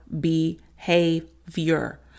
behavior